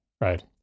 Right